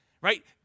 right